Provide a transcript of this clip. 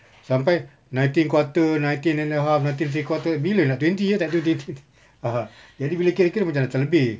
sampai nineteen quarter nineteen and the half nineteen three quarter bila nak twenty ya tak ada twenty jadi bila kira kira macam dah terlebih